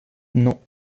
non